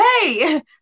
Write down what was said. hey